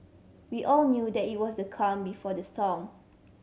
we all knew that it was the calm before the storm